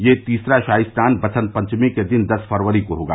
यह तीसरा शाही स्नान बसंत पचंमी के दिन दस फरवरी को होगा